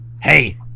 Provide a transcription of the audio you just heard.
hey